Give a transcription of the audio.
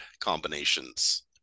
combinations